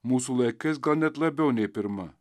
mūsų laikais gal net labiau nei pirma